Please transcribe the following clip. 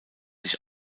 sich